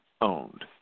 owned